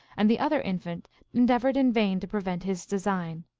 and the other in fant endeavored in vain to prevent his design.